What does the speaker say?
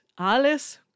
alles